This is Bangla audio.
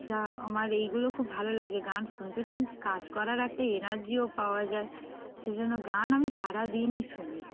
দা আমার এইগুলো খুব ভালো লাগে গান শুনতে শুনতে কাজ করার একটা এনার্জিও পাওয়া যায় সেই জন্য গান আমি সারাদিনই শুনি